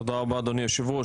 תודה רבה, אדוני היושב-ראש.